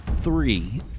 Three